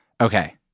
Okay